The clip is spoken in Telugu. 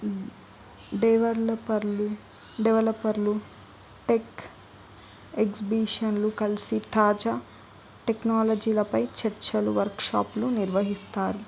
డెవలపర్లు డెవలపర్లు టెక్ ఎగ్జిబిషన్లు కలిసి తాజా టెక్నాలజీలపై చర్చలు వర్క్షాప్లు నిర్వహిస్తారు